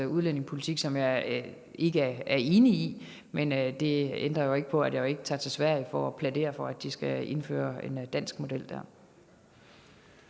udlændingepolitik, som jeg ikke er enig i, men det ændrer jo ikke på, at jeg ikke tager til Sverige for at plædere for, at de skal indføre en dansk model dér.